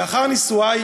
לאחר נישואי